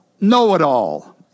know-it-all